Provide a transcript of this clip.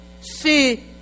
see